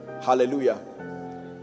Hallelujah